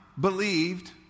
believed